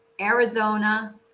Arizona